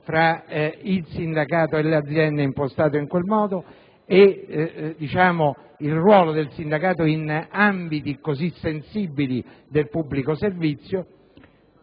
il sindacato e le aziende impostato in quel modo e quale fosse il ruolo del sindacato in ambiti così sensibili del pubblico servizio?